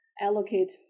allocate